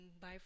bye